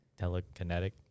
telekinetic